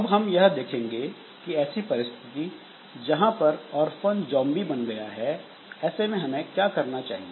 अब हम यह देखेंगे कि ऐसी परिस्थिति जहां एक औरफन जोंबी बन गया है ऐसे में हमें क्या करना चाहिए